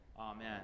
Amen